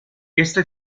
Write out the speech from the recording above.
esta